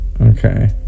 Okay